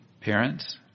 Parents